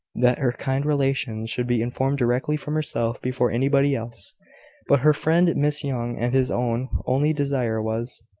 that her kind relations should be informed directly from herself before anybody else but her friend, miss young and his own only desire was,